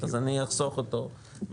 אז אני אחסוך אותו מכולנו,